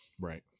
Right